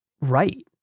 right